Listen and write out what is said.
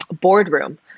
Boardroom